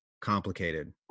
complicated